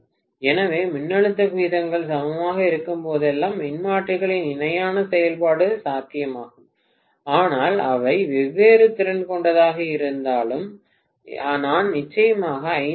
எனவே மின்னழுத்த விகிதங்கள் சமமாக இருக்கும்போதெல்லாம் மின்மாற்றிகளின் இணையான செயல்பாடு சாத்தியமாகும் ஆனால் அவை வெவ்வேறு திறன் கொண்டதாக இருந்தாலும் நான் நிச்சயமாக 50 கே